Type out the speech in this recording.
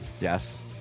yes